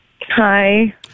Hi